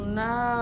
no